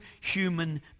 human